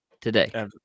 Today